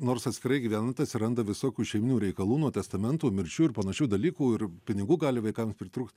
nors atskirai gyvenant atsiranda visokių šeiminių reikalų nuo testamentų mirčių ir panašių dalykų ir pinigų gali vaikams pritrūkt